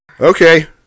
Okay